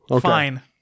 Fine